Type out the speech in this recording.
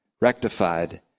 rectified